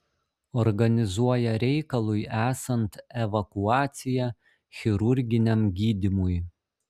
organizuoja reikalui esant evakuaciją chirurginiam gydymui